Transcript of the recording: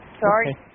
Sorry